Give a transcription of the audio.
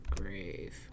grave